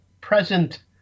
present